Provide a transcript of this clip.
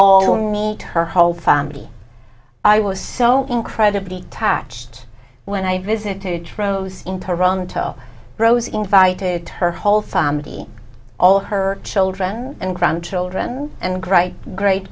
meet her whole family i was so incredibly tach when i visited rose in toronto rose invited her whole family all her children and grandchildren and great great